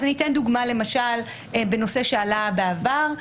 למשל נושא שעלה בעבר,